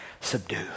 Subdue